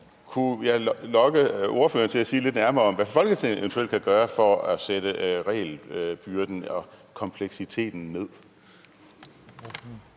Kunne jeg lokke ordføreren til at kommentere lidt nærmere, hvad Folketinget eventuelt kan gøre for at sætte regelbyrden og kompleksiteten ned?